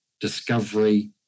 discovery